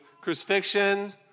crucifixion